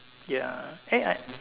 ya eh I